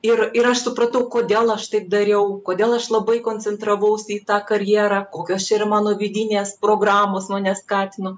ir ir aš supratau kodėl aš taip dariau kodėl aš labai koncentravausi į tą karjerą kokios čia yra mano vidinės programos mane skatino